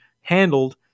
handled